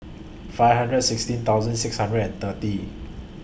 five hundred and sixteen thousand six hundred and thirty